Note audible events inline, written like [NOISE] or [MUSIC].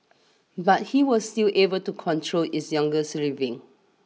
but he was still able to control his younger [UNINTELLIGIBLE]